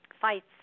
fights